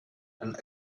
and